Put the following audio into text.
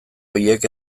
horiek